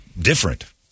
different